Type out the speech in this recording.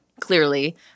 Clearly